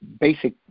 basic